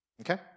Okay